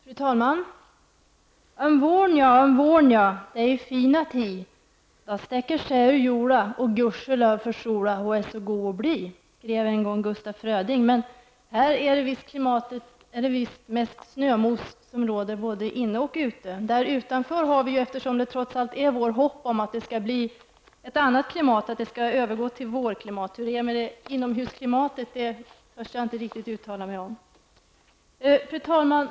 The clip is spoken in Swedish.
Fru talman! Öm vårn ja, öm vårn ja, dä'ä e fina ti, da stäcker sä ur jola, å guschelöv för sola, ho ä så go å bli. Så skrev en gång Gustaf Fröding, men här är det mest snömos både inne och ute. Utanför huset har vi trots allt hopp om en övergång till vårklimat. Hur det är med inomhusklimatet törs jag inte riktigt uttala mig om. Fru talman!